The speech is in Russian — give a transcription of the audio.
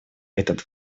этот